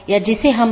बल्कि कई चीजें हैं